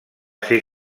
ser